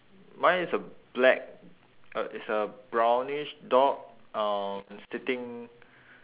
mine is a black uh it's a brownish dog um sitting